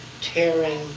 tearing